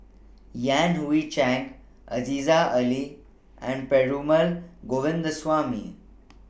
Yan Hui Chang Aziza Ali and Perumal Govindaswamy